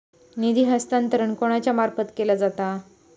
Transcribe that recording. निधी हस्तांतरण कोणाच्या मार्फत केला जाता?